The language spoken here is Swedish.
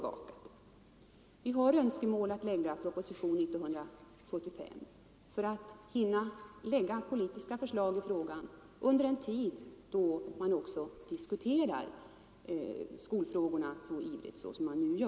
Vi har önskemål om att lämna en proposition 1975 för att göra politiska ställningstaganden i frågan under en tid då allmänheten diskuterar skolfrågorna så livligt som nu.